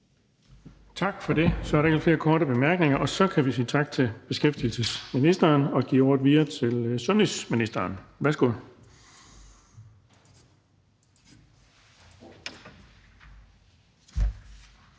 Tak for det. Så er der ikke flere korte bemærkninger. Og så kan vi sige tak til beskæftigelsesministeren og give ordet videre til sundhedsministeren. Værsgo.